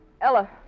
Ella